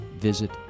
visit